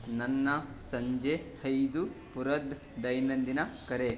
ನನ್ನ ಸಂಜೆ ಐದು ಪುರದ ದೈನಂದಿನ ಕರೆ